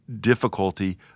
difficulty